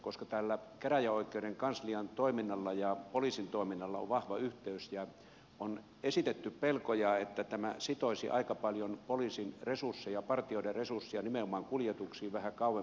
koska tällä käräjäoikeuden kanslian toiminnalla ja poliisin toiminnalla on vahva yhteys niin on esitetty pelkoja että tämä sitoisi aika paljon poliisin resursseja partioiden resursseja nimenomaan kuljetuksiin vähän kauemmas